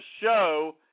show